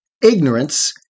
ignorance